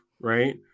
Right